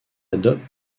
adopte